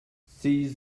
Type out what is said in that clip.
seize